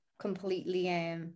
completely